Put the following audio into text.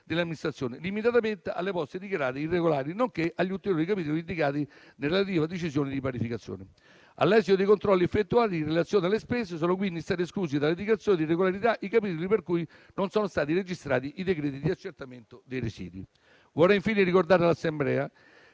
delle Amministrazioni, limitatamente alle poste dichiarate irregolari, nonché gli ulteriori capitoli indicati nella relativa decisione di parificazione. All'esito dei controlli effettuati in relazione alle spese, sono quindi stati esclusi dalla dichiarazione di regolarità i capitoli per cui non sono stati registrati i decreti di accertamento dei residui. Vorrei infine ricordare all'Assemblea